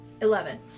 Eleven